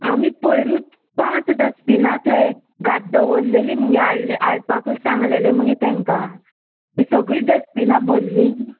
आमी पयरूच पांच डस्टबिनां थंय घात दवरलेलीं मगे हाडले हाडपाक सांगलेलें मगे तेंकां तीं सगळीं डस्टबिनां भरलीं